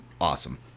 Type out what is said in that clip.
awesome